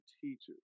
teachers